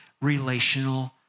relational